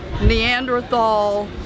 neanderthal